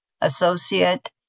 Associate